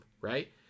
Right